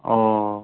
अ'